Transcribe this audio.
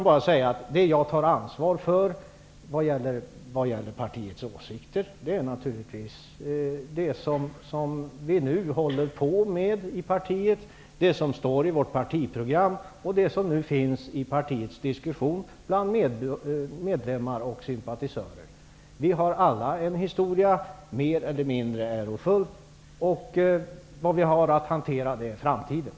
När det gäller partiets åsikter tar jag ansvar för det som vi nu håller på med i partiet, det som står i vårt partiprogram och det som förekommer i diskussioner bland partiets medlemmar och sympatisörer. Vi har alla en historia, mer eller mindre ärofull. Det är framtiden vi skall hantera nu.